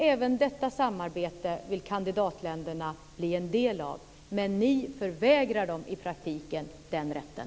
Även detta samarbete vill kandidatländerna bli en del av. Men ni förvägrar dem i praktiken den rätten.